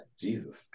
Jesus